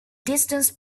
distant